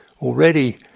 already